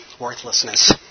worthlessness